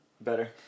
Better